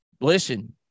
listen